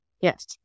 Yes